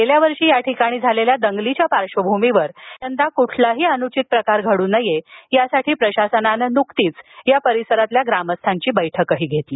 गेल्या वर्षी या ठिकाणी झालेल्या दंगलीच्या पार्श्वभूमीवर यंदा कोणताही अनुचित प्रकार घड्र नये यासाठी प्रशासनानं न्कतीच परिसरातील ग्रामस्थांची बैठक घेतली